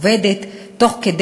או עובדת,